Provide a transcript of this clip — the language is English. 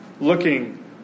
Looking